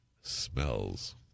Smells